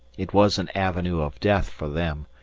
it was an avenue of death for them,